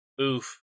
Oof